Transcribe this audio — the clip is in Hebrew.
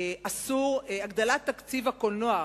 הגדלת תקציב הקולנוע,